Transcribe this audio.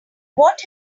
what